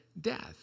death